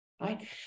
right